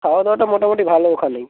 খাওয়া দাওয়াটা মোটামোটি ভালো ওখানেই